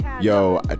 Yo